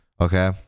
Okay